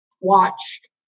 Watched